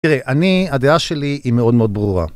תראה, אני, הדעה שלי היא מאוד מאוד ברורה.